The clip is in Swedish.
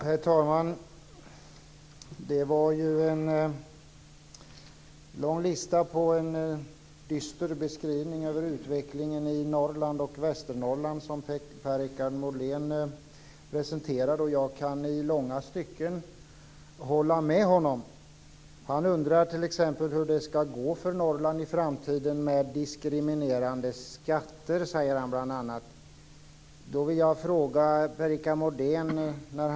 Herr talman! Det var en lång lista och en dyster beskrivning av utvecklingen i Norrland och Västernorrland som Per-Richard Molén presenterade. Jag kan i långa stycken hålla med honom. Han undrar t.ex. hur det skall gå för Norrland i framtiden och nämner bl.a. diskriminerande skatter.